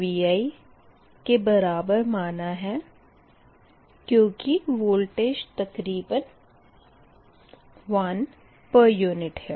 भी माना है क्यूँकि वोल्टेज तक़रीबन 1 पर यूनिट है